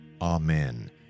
Amen